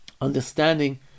understanding